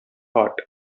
heart